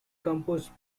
composed